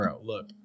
look